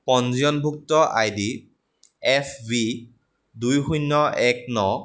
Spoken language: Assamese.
পঞ্জীয়নভুক্ত আই ডি এফ বি দুই শূন্য এক ন